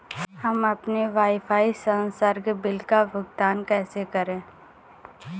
हम अपने वाईफाई संसर्ग बिल का भुगतान कैसे करें?